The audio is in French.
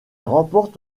remporte